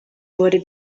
wurde